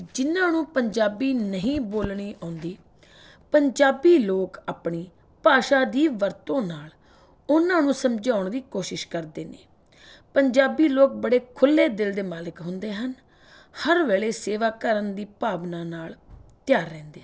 ਜਿਨ੍ਹਾਂ ਨੂੰ ਪੰਜਾਬੀ ਨਹੀਂ ਬੋਲਣੀ ਆਉਂਦੀ ਪੰਜਾਬੀ ਲੋਕ ਆਪਣੀ ਭਾਸ਼ਾ ਦੀ ਵਰਤੋਂ ਨਾਲ ਉਹਨਾਂ ਨੂੰ ਸਮਝਾਉਣ ਦੀ ਕੋਸ਼ਿਸ਼ ਕਰਦੇ ਨੇ ਪੰਜਾਬੀ ਲੋਕ ਬੜੇ ਖੁੱਲ੍ਹੇ ਦਿਲ ਦੇ ਮਾਲਕ ਹੁੰਦੇ ਹਨ ਹਰ ਵੇਲੇ ਸੇਵਾ ਕਰਨ ਦੀ ਭਾਵਨਾ ਨਾਲ ਤਿਆਰ ਰਹਿੰਦੇ ਹਨ